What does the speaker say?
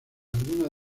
algunas